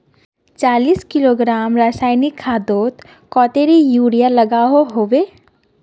चालीस किलोग्राम रासायनिक खादोत कतेरी यूरिया लागोहो होबे?